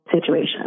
situation